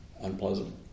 unpleasant